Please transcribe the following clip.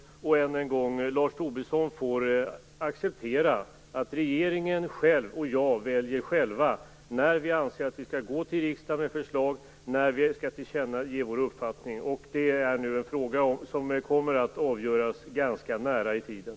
Låt mig än en gång säga att Lars Tobisson får acceptera att regeringen och jag själva väljer när vi anser att vi skall gå till riksdagen med förslag och när vi skall tillkännage vår uppfattning. Detta är en fråga som kommer att avgöras ganska nära i tiden.